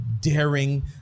daring